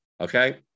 Okay